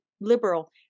liberal